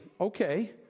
Okay